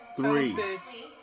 three